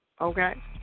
okay